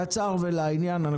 קצר לעניין,